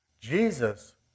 Jesus